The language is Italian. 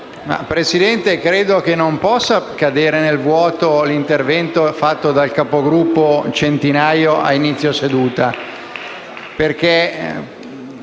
Presidente, credo non possa cadere nel vuoto l’intervento svolto dal capogruppo Centinaio ad inizio seduta.